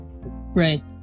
Right